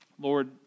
Lord